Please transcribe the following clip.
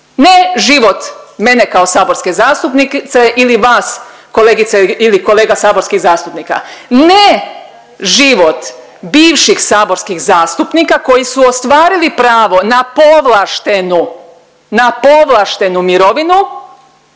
ne život mene kao saborske zastupnice ili vas kolegice ili kolega saborskih zastupnica, ne život bivših saborskih zastupnika koji su ostvarili pravo na povlaštenu,